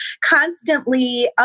constantly